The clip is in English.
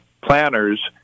planners